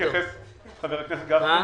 חבר הכנסת גפני,